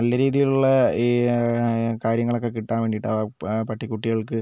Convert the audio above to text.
നല്ല രീതിയിലുള്ള ഈ കാര്യങ്ങളൊക്കെ കിട്ടാൻ വേണ്ടിട്ട് പട്ടിക്കുട്ടികൾക്ക്